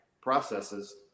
processes